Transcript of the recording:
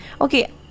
okay